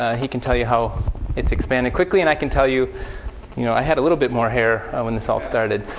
ah he can tell you how it's expanded quickly. and i can tell you you know i had a little bit more hair when this all started.